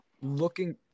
looking